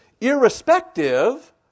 Irrespective